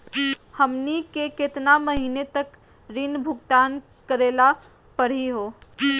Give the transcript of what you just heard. हमनी के केतना महीनों तक ऋण भुगतान करेला परही हो?